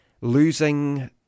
losing